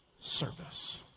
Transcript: service